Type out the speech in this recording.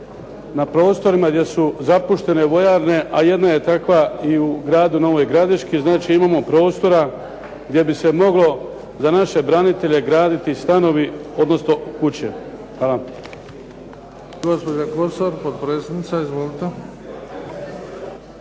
na prostorima gdje su zapuštene vojarne a jedna je takva i u gradu Novoj Gradiški. Znači, imamo prostora gdje bi se moglo za naše branitelje graditi stanovi odnosno kuće. Hvala.